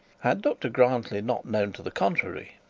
had dr grantly not known to the contrary,